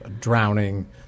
drowning